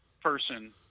person